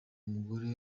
umugore